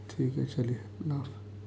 ٹھیک ہیں چلئے اللہ حافظ